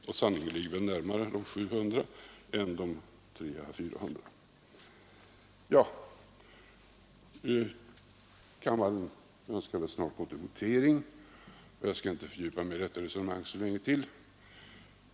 Och sanningen ligger väl närmare de 700 000 än de 300 000 å 400 000 som också har nämnts. Kammaren önskar väl snart gå till votering, och jag skall därför inte fördjupa mig i detta resonemang så länge till.